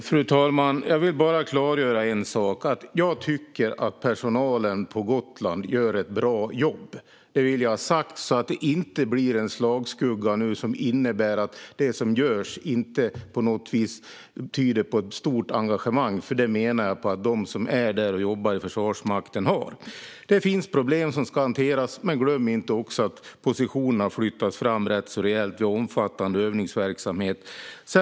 Fru talman! Jag vill klargöra en sak. Jag tycker att personalen på Gotland gör ett bra jobb. Det vill jag ha sagt så att det inte kastas en slagskugga som innebär att det som görs inte tyder på stort engagemang, för jag menar att de som är där och jobbar i Försvarsmakten har det. Det finns problem som ska hanteras, men glöm inte att positionerna flyttas fram rätt så rejält vid omfattande övningsverksamhet.